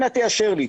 אנא תאשר לי.